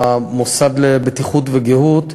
במוסד לבטיחות ולגהות,